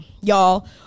y'all